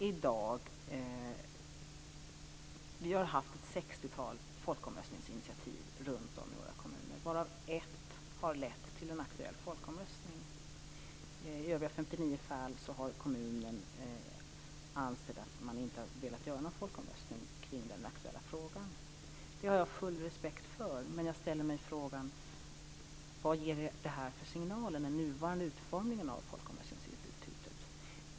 I dag har vi haft ett 60-tal folkomröstningsinitiativ runt om i våra kommuner, varav ett har lett till en aktuell folkomröstning. I övriga 59 fall har kommunen ansett att den inte har velat göra någon folkomröstning kring den aktuella frågan. Det har jag full respekt för, men jag ställer mig frågan: Vilka signaler ger den nuvarande utformningen av folkomröstningsinstitutet?